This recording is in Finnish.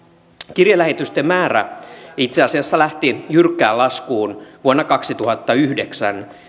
kirjelähetysten määrä itse asiassa lähti jyrkkään laskuun vuonna kaksituhattayhdeksän